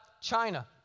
China